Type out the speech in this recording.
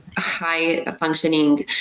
high-functioning